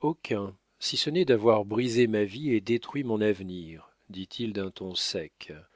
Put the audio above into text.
aucun si ce n'est d'avoir brisé ma vie et détruit mon avenir dit-il d'un ton sec